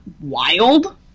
wild